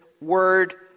word